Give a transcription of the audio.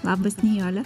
labas nijole